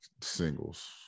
singles